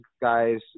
guys